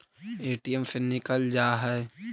ATM से निकल जा है?